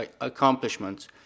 accomplishments